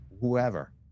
whoever